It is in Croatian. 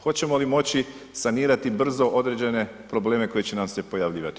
Hoćemo li moći sanirati brzo određene probleme koji će nam se pojavljivati?